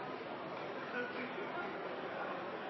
ein er